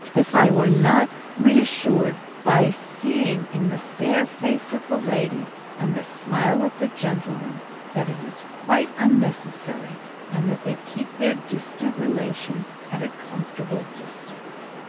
if i were not reassured by seeing in the fair face of the lady and the smile of the gentleman that it is quite unnecessary and that they keep their distant relation at a comfortable distance.